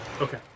Okay